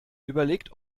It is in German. überlegt